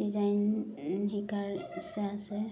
design শিকাৰ ইচ্ছা আছে